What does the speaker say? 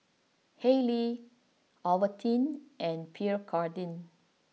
Haylee Ovaltine and Pierre Cardin